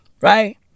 right